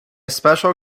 special